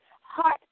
heart